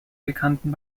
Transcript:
bekannten